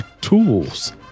tools